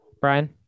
Brian